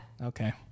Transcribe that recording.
okay